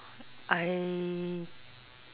I